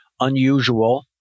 unusual